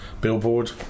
Billboard